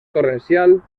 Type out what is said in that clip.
torrencial